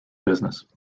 business